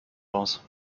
raus